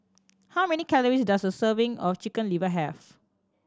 how many calories does a serving of Chicken Liver have